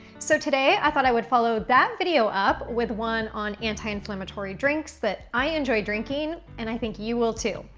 so today i thought i would follow that video up with one on anti inflammatory drinks that i enjoy drinking and i think you will too.